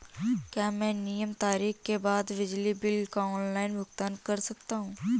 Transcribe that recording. क्या मैं नियत तारीख के बाद बिजली बिल का ऑनलाइन भुगतान कर सकता हूं?